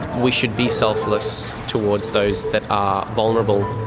we should be selfless towards those that are vulnerable.